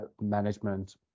management